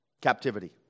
captivity